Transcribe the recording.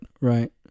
Right